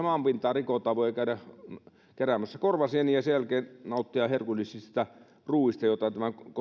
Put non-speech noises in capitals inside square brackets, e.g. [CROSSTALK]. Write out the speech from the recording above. [UNINTELLIGIBLE] maanpintaa rikotaan voi käydä keräämässä korvasieniä ja sen jälkeen nauttia herkullisista ruuista joita